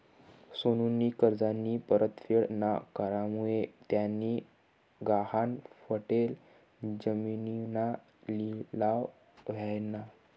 सोनूनी कर्जनी परतफेड ना करामुये त्यानी गहाण पडेल जिमीनना लिलाव व्हयना